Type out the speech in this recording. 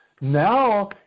now